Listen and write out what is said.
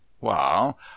Well